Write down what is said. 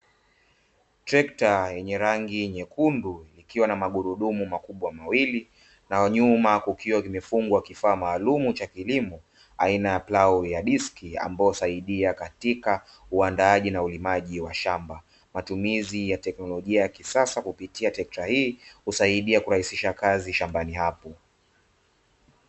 Trekta yenye rangi nyekundu, ikiwa na magurudumu makubwa mawili, na nyuma kukiwa kimefungwa kifaa maalumu cha kilimo aina ya plau ya diski, ambayo husaidia katika uandaaji na ulimaji wa shamba. Matumizi ya teknolojia ya kisasa kupitia trekta hii, husaidia kurahisisha kazi shambani hapo.